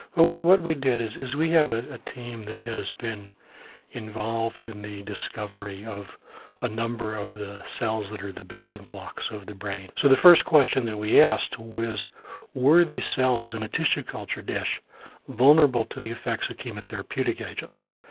well what what we did is is we have ah a team that has been involved in the discovery of a number of the cells that are the building blocks of the brain. so the first question that we asked was were these cells in a tissue culture dish vulnerable to the effects of chemotherapeutic agents?